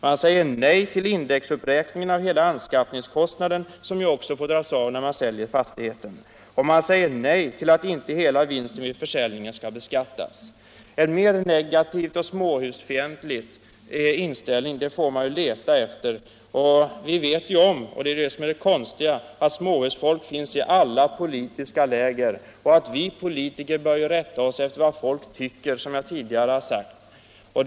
Man säger nej till indexuppräkningen av hela anskaffningskostnaden, som ju också får dras av när man säljer fastigheten. Man säger nej till att inte hela vinsten vid försäljningen skall beskattas. En mer negativ och småhusfientlig inställning får man leta efter. Vi vet ju att småhusfolk finns i alla politiska läger, och vi politiker bör ju — som jag tidigare sagt — rätta oss efter vad folk tycker.